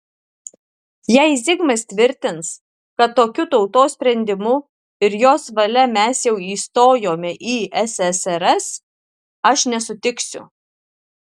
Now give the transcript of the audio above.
jei zigmas tvirtins kad tokiu tautos sprendimu ir jos valia mes jau įstojome į ssrs aš nesutiksiu